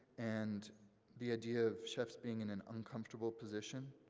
and the idea of chefs being in an uncomfortable position,